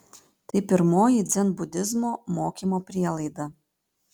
tai pirmoji dzenbudizmo mokymo prielaida